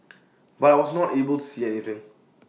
but I was not able to see anything